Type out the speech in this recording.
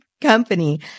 company